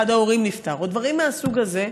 אחד ההורים נפטר או דברים מהסוג הזה,